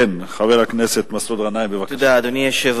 חבל מאוד שראאד סלאח, ששוחרר